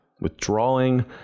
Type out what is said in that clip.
Withdrawing